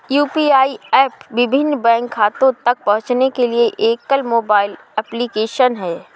UPI app विभिन्न bank खातों तक पहुँचने के लिए एकल मोबाइल एप्लिकेशन है